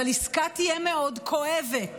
אבל עסקה תהיה מאוד כואבת.